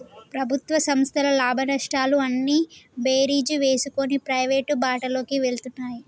ప్రభుత్వ సంస్థల లాభనష్టాలు అన్నీ బేరీజు వేసుకొని ప్రైవేటు బాటలోకి వెళ్తున్నాయి